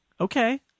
Okay